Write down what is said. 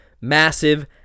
massive